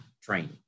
training